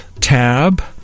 tab